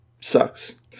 Sucks